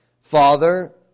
Father